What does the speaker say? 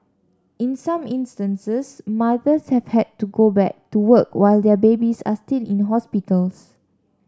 in some instances mothers have had to go back to work while their babies are still in hospitals